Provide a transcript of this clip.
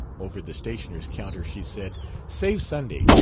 over the stationer's counter she said save sunday.